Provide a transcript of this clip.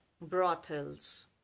brothels